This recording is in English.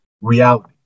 reality